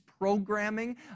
Programming